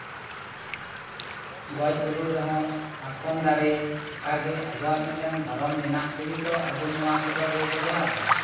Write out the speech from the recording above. ᱜᱚᱡ ᱜᱩᱨᱩᱜ ᱨᱮᱦᱚᱸ ᱢᱟᱛᱠᱚᱢ ᱫᱟᱨᱮ ᱚᱱᱠᱟᱜᱮ ᱜᱮ ᱟᱵᱚᱣᱟᱜ ᱢᱤᱫᱴᱟᱝ ᱫᱷᱚᱨᱚᱢ ᱢᱮᱱᱟᱜ ᱛᱮᱜᱮ ᱛᱚ ᱟᱵᱚ ᱱᱚᱣᱟ ᱠᱚᱫᱚ ᱵᱚ ᱵᱮᱵᱚᱦᱟᱨ ᱮᱫᱟ